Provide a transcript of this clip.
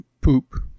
poop